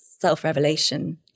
self-revelation